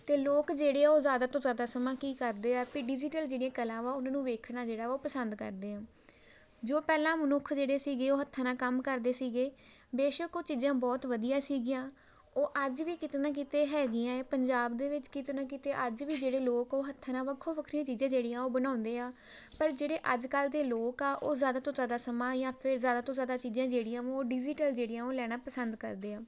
ਅਤੇ ਲੋਕ ਜਿਹੜੇ ਆ ਉਹ ਜ਼ਿਆਦਾ ਤੋਂ ਜ਼ਿਆਦਾ ਸਮਾਂ ਕੀ ਕਰਦੇ ਆ ਪੀ ਡਿਜੀਟਲ ਜਿਹੜੀ ਕਲਾ ਵਾ ਉਹਨਾਂ ਨੂੰ ਵੇਖਣਾ ਜਿਹੜਾ ਉਹ ਪਸੰਦ ਕਰਦੇ ਆ ਜੋ ਪਹਿਲਾਂ ਮਨੁੱਖ ਜਿਹੜੇ ਸੀਗੇ ਉਹ ਹੱਥਾਂ ਨਾਲ ਕੰਮ ਕਰਦੇ ਸੀਗੇ ਬੇਸ਼ੱਕ ਉਹ ਚੀਜ਼ਾਂ ਬਹੁਤ ਵਧੀਆ ਸੀਗੀਆਂ ਉਹ ਅੱਜ ਵੀ ਕਿਤੇ ਨਾ ਕਿਤੇ ਹੈਗੀਆਂ ਪੰਜਾਬ ਦੇ ਵਿੱਚ ਕਿਤੇ ਨਾ ਕਿਤੇ ਅੱਜ ਵੀ ਜਿਹੜੇ ਲੋਕ ਉਹ ਹੱਥਾਂ ਨਾਲ ਵੱਖੋ ਵੱਖਰੀਆਂ ਚੀਜ਼ਾਂ ਜਿਹੜੀਆਂ ਉਹ ਬਣਾਉਂਦੇ ਆ ਪਰ ਜਿਹੜੇ ਅੱਜਕੱਲ੍ਹ ਦੇ ਲੋਕ ਆ ਉਹ ਜ਼ਿਆਦਾ ਤੋਂ ਜ਼ਿਆਦਾ ਸਮਾਂ ਜਾਂ ਫਿਰ ਜ਼ਿਆਦਾ ਤੋਂ ਜ਼ਿਆਦਾ ਚੀਜ਼ਾਂ ਜਿਹੜੀਆਂ ਉਹ ਡਿਜੀਟਲ ਜਿਹੜੀਆਂ ਉਹ ਲੈਣਾ ਪਸੰਦ ਕਰਦੇ ਆ